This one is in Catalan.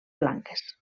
blanques